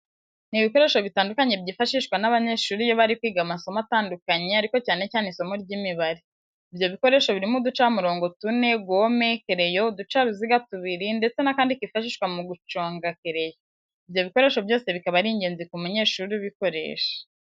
Ni ibikoresho bitandukanye byifashishwa n'abanyeshuri iyo bari kwiga amasomo atandukanye ariko cyane cyane isimo ry'Imibare. Ibyo bikoresho birimo uducamirongo tune, gome, kereyo, uducaruziga tubiri ndetse n'akandi kifashishwa mu guconga kereyo. Ibyo bikoresho byose bikaba ari ingenzi ku munyeshuri ubukoresha.